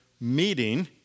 meeting